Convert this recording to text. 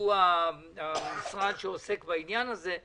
שהוא המשרד שעוסק בעניין הזה,